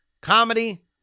comedy